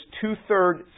two-thirds